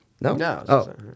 No